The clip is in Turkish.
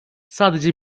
sadece